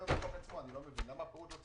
אני לא מבין למה הפירוט בא